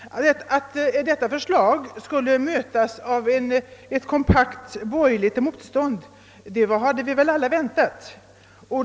Att detta förslag skulle mötas av ett kompakt borgerligt motstånd hade vi väl alla väntat.